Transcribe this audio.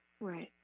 Right